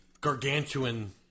gargantuan